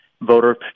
voter